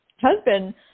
husband